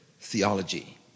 theology